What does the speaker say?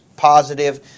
Positive